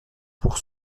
pour